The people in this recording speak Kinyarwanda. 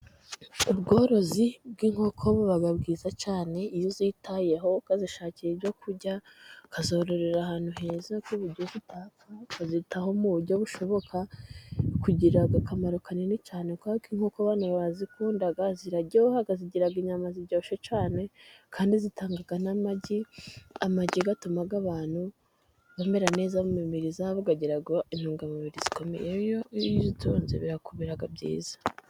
Ubworozi bw'inkoko buba bwiza cyane, iyo uzitayeho ukazishakira ibyo kurya ,ukazororera ahantu heza ku buryo zitapfa ,ukazitaho mu buryo bushoboka, kugira akamaro kanini cyane ,kubera ko inkoko abantu bazikunda, ziraryoha, zigira inyama ziryoshye cyane, kandi zitanga n'amagi. Amagi atuma abantu bamera neza mu mibiri yabo, akagira intungamubiri zikomeye iyo uzitunze birakubera byiza.